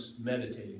meditating